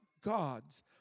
God's